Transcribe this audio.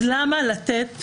אז למה לתת